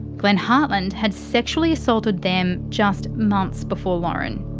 glenn hartland had sexually assaulted them just months before lauren.